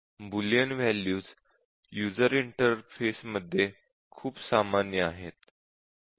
Boolean values user इंटरफेसमध्ये खूप सामान्य आहेत उदा